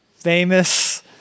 famous